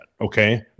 okay